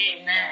Amen